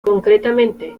concretamente